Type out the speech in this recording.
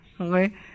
Okay